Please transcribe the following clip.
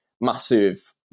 massive